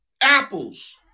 apples